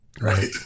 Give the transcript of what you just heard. right